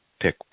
pick